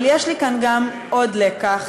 אבל יש לי כאן גם עוד לקח